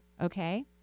Okay